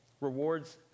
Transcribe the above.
rewards